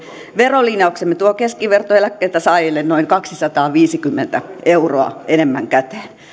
verolinjauksemme tuo keskivertoeläkkeensaajille noin kaksisataaviisikymmentä euroa enemmän käteen